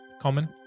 Common